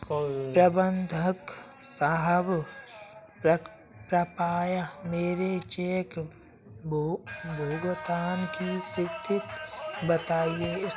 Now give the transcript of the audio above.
प्रबंधक साहब कृपया मेरे चेक भुगतान की स्थिति बताएं